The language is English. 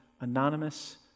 anonymous